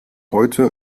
heute